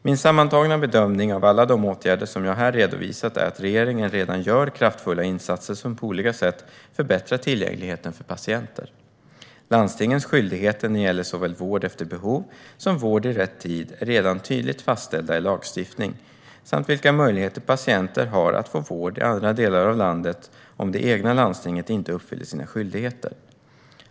Min sammantagna bedömning av alla de åtgärder som jag här redovisat är att regeringen redan gör kraftfulla insatser som på olika sätt förbättrar tillgängligheten för patienter. Landstingens skyldigheter när det gäller såväl vård efter behov som vård i rätt tid är redan tydligt fastställda i lagstiftning, samt vilka möjligheter patienter har att få vård i andra delar av landet om det egna landstinget inte uppfyller sina skyldigheter.